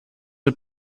are